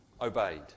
obeyed